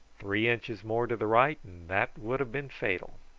three inches more to the right and that would have been fatal.